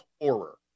horror